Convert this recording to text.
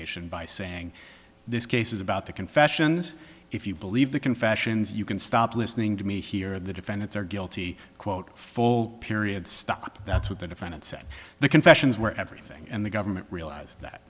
on by saying this case is about the confessions if you believe the confessions you can stop listening to me here the defendants are guilty quote full period stop that's what the defendant said the confessions were everything and the government realized that